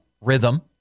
rhythm